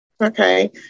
Okay